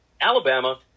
Alabama